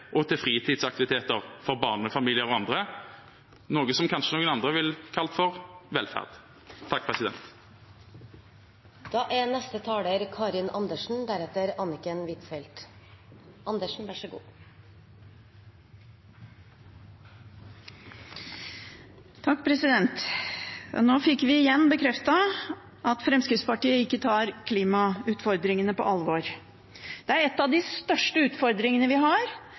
og til fritidsaktiviteter for barnefamilier og andre – noe andre kanskje ville kalt velferd. Nå fikk vi igjen bekreftet at Fremskrittspartiet ikke tar klimautfordringene på alvor. Det er en av de største utfordringene vi har.